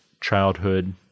childhood